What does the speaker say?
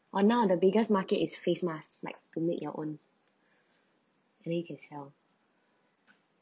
oh now the biggest market is face mask like to make your own make yourself